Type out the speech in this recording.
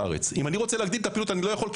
אם אני רוצה להגדיל את הפעילות אני לא יכול,